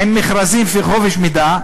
עם מכרזים, לפי חוק חופש המידע.